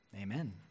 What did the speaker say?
amen